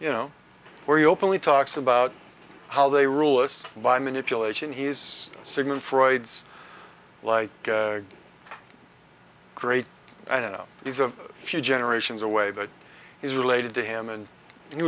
you know where he openly talks about how they rule us by manipulation he's sigmund freud's like great i don't know he's a huge generations away but he's related to him and he